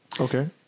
Okay